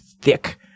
thick